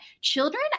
children